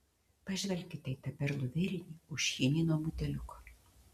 pažvelkite į tą perlų vėrinį už chinino buteliuko